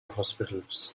hospitals